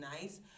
nice